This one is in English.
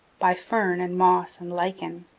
by fern and moss and lichen.